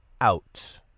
out